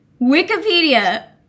Wikipedia